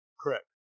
Correct